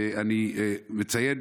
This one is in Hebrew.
אני מציין,